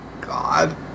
God